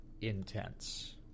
intense